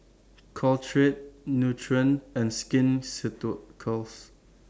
Caltrate Nutren and Skin Ceuticals